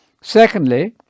Secondly